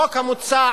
החוק המוצע